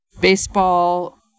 Baseball